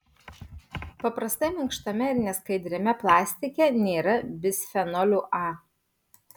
paprastai minkštame ir neskaidriame plastike nėra bisfenolio a